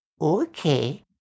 Okay